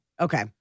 Okay